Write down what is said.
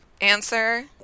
answer